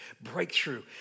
breakthrough